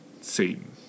Satan